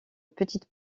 petite